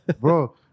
Bro